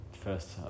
first